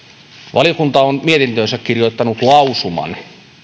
valiokunta on mietintöönsä kirjoittanut lausuman